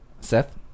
Seth